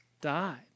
died